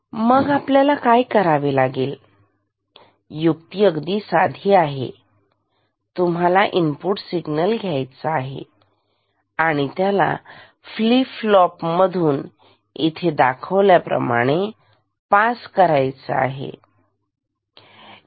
तर आपल्याला काय करावे लागेल युक्ती अगदी साधी आहे तुम्हाला इनपुट सिग्नल घ्यायचं आहे आणि त्याला फ्लिफ फ्लॉफ मधून इथे दाखवल्याप्रमाणे पास करायचे आहे